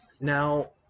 Now